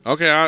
Okay